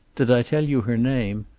did i tell you her name?